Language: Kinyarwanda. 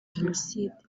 jenoside